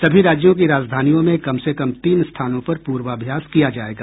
सभी राज्यों की राजधानियों में कम से कम तीन स्थानों पर पूर्वाभ्यास किया जाएगा